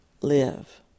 live